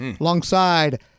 alongside